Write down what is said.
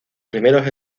primeros